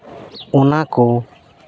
ᱚᱱᱟ ᱠᱚ